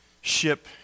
ship